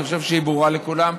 אני חושב שהיא ברורה לכולם.